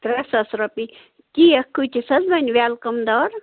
ترےٚ ساس رۄپیہِ کیک کۭتِس حَظ بنہِ ویلکِم دار